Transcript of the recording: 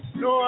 no